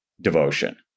devotion